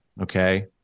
Okay